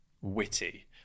witty